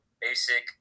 basic